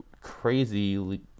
crazy